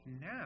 now